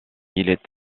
est